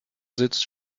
sitzt